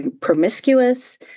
promiscuous